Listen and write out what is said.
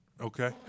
Okay